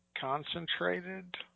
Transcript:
concentrated